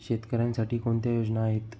शेतकऱ्यांसाठी कोणत्या योजना आहेत?